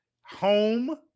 home